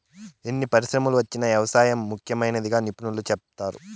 ఎన్ని పరిశ్రమలు వచ్చినా వ్యవసాయం ముఖ్యమైనదిగా నిపుణులు సెప్తారు